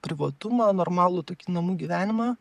privatumą normalų tokį namų gyvenimą